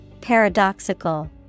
Paradoxical